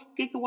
gigawatt